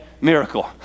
Miracle